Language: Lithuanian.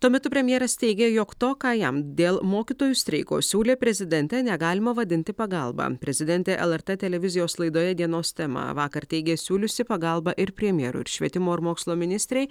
tuo metu premjeras teigė jog to ką jam dėl mokytojų streiko siūlė prezidentė negalima vadinti pagalba prezidentė lrt televizijos laidoje dienos tema vakar teigė siūliusi pagalbą ir premjerui ir švietimo ir mokslo ministrei